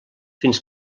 fins